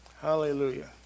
Hallelujah